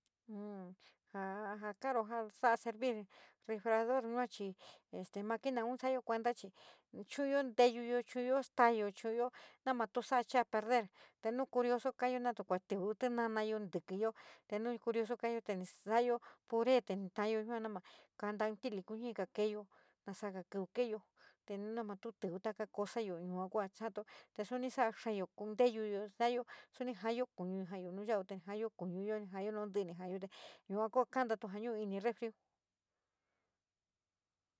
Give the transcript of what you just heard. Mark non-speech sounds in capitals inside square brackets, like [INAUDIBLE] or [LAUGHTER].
[HESITATION] ja karo ja sa´a servir refrigerador yua chí máquina nu sa´ayo kuenta chu´uyo nteyuto chuyo satayo, chubuyo namúto sora prender te nu kurios kayó kua tiví thoma laoyo níthiyo te no curiosos kayó te ni salayo puéte te ni faayo no na kamintayó kayó kení ge keeyo níte serga kílo kayó te nama tó tiví taka cosayo yua kua te ninsai xaayo ku níteyuyo satayo, xí nií faayo kunuyo, keé nu yalav te kuayo kanúyo ní jaayo noun tín tííí níí jaayo yua ku kantatu nu ini refriun.